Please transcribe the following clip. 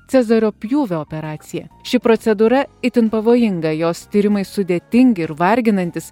cezario pjūvio operaciją ši procedūra itin pavojinga jos tyrimai sudėtingi ir varginantys